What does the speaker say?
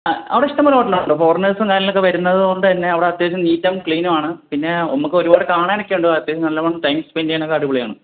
അ അവിടെ ഇഷ്ടംപോലെ ഹൊട്ടൽ ഉണ്ട് ഫോറിനേർസ് കാര്യങ്ങളും ഒക്കെ വരുന്നതുകൊണ്ട് തന്നെ അവിടെ അത്യാവശ്യം നീറ്റും ക്ലീനും ആണ് പിന്നെ നമുക്ക് ഒരുപാട് കാണാനും ഒക്കെ ഉണ്ട് അത്യാവശ്യം നല്ലവണ്ണം ടൈം സ്പെന്ഡ് ചെയ്യാനൊക്കെ അടിപൊളി ആണ്